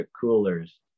coolers